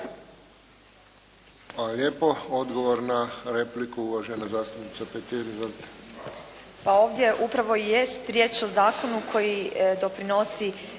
lijepo. Odgovor na repliku, uvažena zastupnica Petir.